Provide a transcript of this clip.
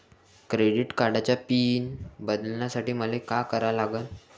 Credit कार्डाचा pin बदलासाठी मले का करा लागन?